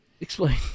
Explain